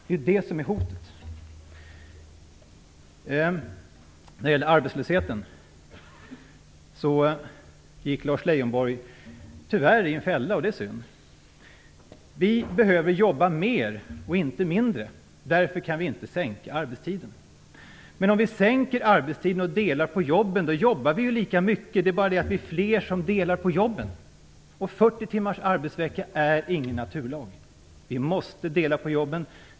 När det gäller arbetslösheten gick Lars Leijonborg tyvärr i en fälla, och det är synd. Vi behöver jobba mer och inte mindre, sade han, och därför kan vi inte sänka arbetstiden. Men om vi sänker arbetstiden och delar på jobben, då jobbar vi ju lika mycket totalt, men vi är fler som delar på jobben. 40 timmars arbetsvecka är ingen naturlag. Vi måste dela på jobben.